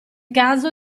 caso